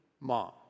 mom